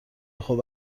خوب